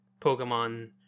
Pokemon